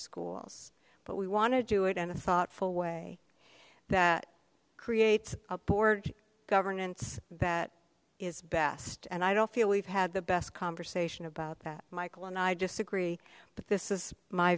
schools but we want to do it and a thoughtful way that creates a board governance that is best and i don't feel we've had the best conversation about that michael and i disagree but this is my